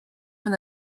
from